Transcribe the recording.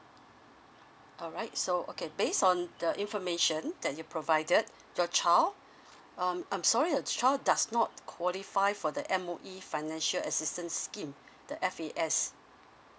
alright so okay based on the information that you provided your child um I'm sorry your child does not qualify for the M_O_E financial assistance scheme the F_A_S